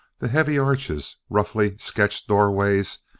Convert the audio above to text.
the heavy arches, roughly sketched doorways,